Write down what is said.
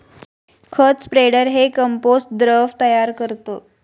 खत स्प्रेडर हे कंपोस्ट द्रव तयार करतं